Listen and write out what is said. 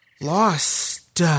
Lost